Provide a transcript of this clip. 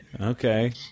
okay